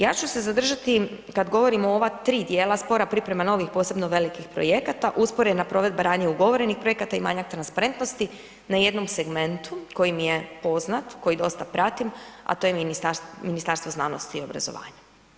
Ja ću se zadržati kad govorimo o ova tri djela spora, priprema novih posebnih velikih projekata, usporena provedba ranije ugovorenih projekata i manja transparentnosti na jednom segmentu koji mi je poznat, koji dosta pratim a to je Ministarstvo znanosti i obrazovanja.